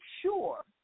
sure